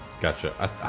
Gotcha